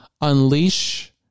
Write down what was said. unleash